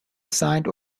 signed